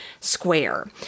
square